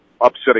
upsetting